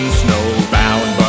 snowbound